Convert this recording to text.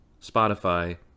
Spotify